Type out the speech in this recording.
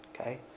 Okay